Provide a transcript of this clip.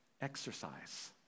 exercise